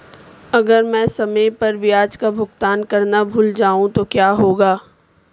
अगर मैं समय पर ब्याज का भुगतान करना भूल जाऊं तो क्या होगा?